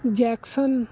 jackson